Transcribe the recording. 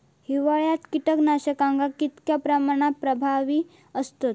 हिवाळ्यात कीटकनाशका कीतक्या प्रमाणात प्रभावी असतत?